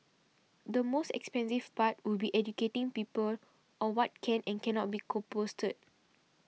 the most expensive part would be educating people on what can and cannot be composted